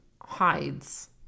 hides